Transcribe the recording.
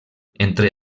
entre